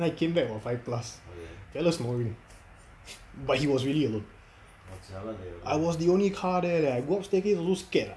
then I came back about five plus fella snoring but he was really alone I was the only car there leh I walk staircase also scared ah